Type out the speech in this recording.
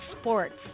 sports